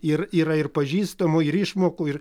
ir yra ir pažįstamų ir išmokų ir